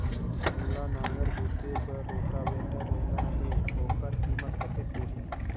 मोला नागर जोते बार रोटावेटर लेना हे ओकर कीमत कतेक होही?